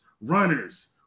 runners